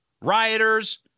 rioters